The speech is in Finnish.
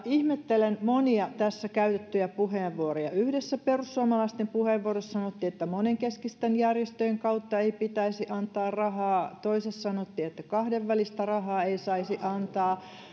ihmettelen monia tässä käytettyjä puheenvuoroja yhdessä perussuomalaisten puheenvuorossa sanottiin että monenkeskisten järjestöjen kautta ei pitäisi antaa rahaa toisessa sanottiin että kahdenvälistä rahaa ei saisi antaa